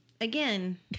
again